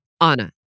Anna